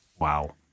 Wow